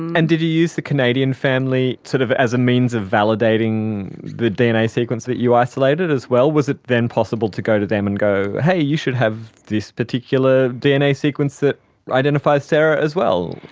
and did you use the canadian family sort of as a means of validating the dna sequence that you isolated as well? was it then possible to go to them and go, hey, you should have this particular dna sequence that identifies sarah as well?